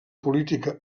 política